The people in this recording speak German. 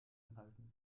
anhalten